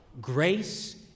Grace